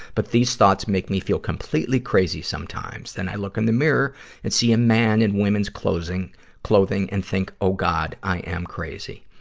but these thoughts make me feel completely crazy sometimes. then i look in the mirror and see a man in women's clothing clothing and think, oh god, i am crazy.